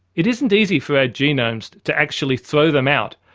it isn't easy for our genomes to actually throw them out,